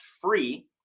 free